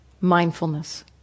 mindfulness